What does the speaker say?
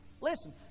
listen